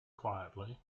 quietly